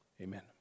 Amen